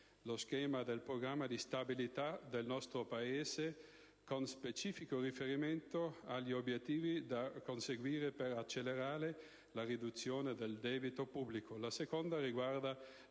lo schema del Programma di stabilità del nostro Paese, con specifico riferimento agli obiettivi da conseguire per accelerare la riduzione del debito pubblico.